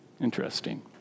Interesting